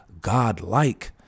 God-like